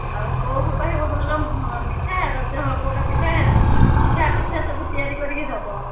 ଆଉ ବୋଉକୁ କହିବ ଭଲ ମିଠା ରଜ ପୋଡ଼ପିଠା ମିଠା ପିଠା ସବୁ ତିଆରି କରିକି ଦେବ